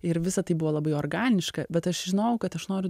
ir visa tai buvo labai organiška bet aš žinojau kad aš noriu